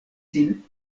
sin